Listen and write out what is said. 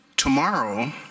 Tomorrow